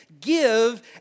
Give